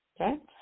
Okay